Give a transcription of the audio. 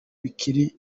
bikiri